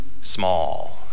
small